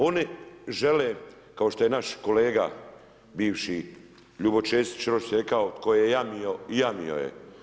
Oni žele, kao što je naš kolega bivši Ljubo Ćesić-Rojs rekao, „Ko je jamio – jamio je“